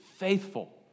faithful